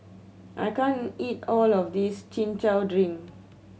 I can't eat all of this Chin Chow drink